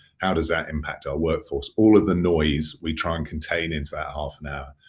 how does that impact our workforce? all of the noise we try and contain into that half an hour.